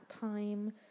time